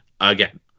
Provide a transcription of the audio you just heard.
again